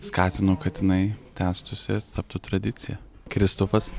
skatinu kad jinai tęstųsi ir taptų tradicija kristupas